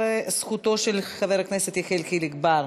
גם זכותו של חבר הכנסת יחיאל חיליק בר,